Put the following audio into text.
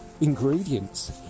ingredients